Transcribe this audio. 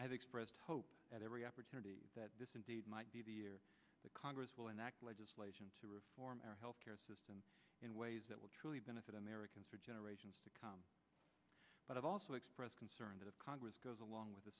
have expressed hope at every opportunity that this indeed might be the year the congress will enact legislation to reform our health care system in ways that will truly benefit americans for generations to come but i've also expressed concern to the congress goes along with